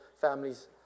families